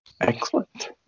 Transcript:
Excellent